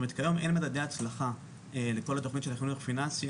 כיום אין מדדי הצלחה לכל התוכנית של החינוך הפיננסי,